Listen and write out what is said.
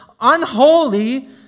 unholy